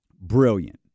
Brilliant